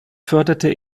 förderte